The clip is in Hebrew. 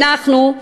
אנחנו,